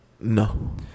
No